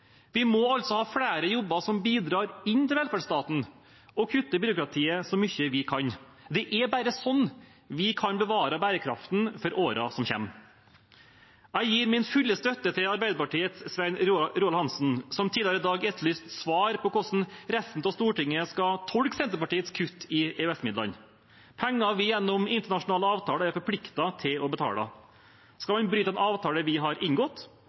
vi skal leve av. Vi må altså ha flere jobber som bidrar inn til velferdsstaten, og kutte i byråkratiet så mye vi kan. Det er bare sånn vi kan bevare bærekraften for årene som kommer. Jeg gir min fulle støtte til Arbeiderpartiets Svein Roald Hansen, som tidligere i dag etterlyste svar på hvordan resten av Stortinget skal tolke Senterpartiets kutt i EØS-midlene, penger vi gjennom internasjonale avtaler er forpliktet til å betale. Skal vi bryte en avtale vi har